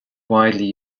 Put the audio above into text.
widely